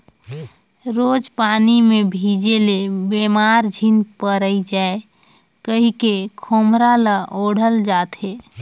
रोज पानी मे भीजे ले बेमार झिन पइर जाए कहिके खोम्हरा ल ओढ़ल जाथे